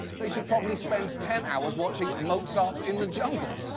they should probably spend ten hours watching mozart in the jungle.